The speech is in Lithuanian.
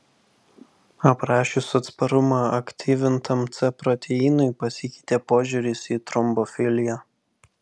aprašius atsparumą aktyvintam c proteinui pasikeitė požiūris į trombofiliją